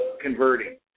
converting